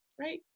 right